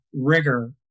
rigor